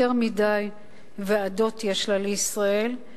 יותר מדי ועדות יש לה לישראל,